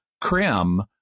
Krim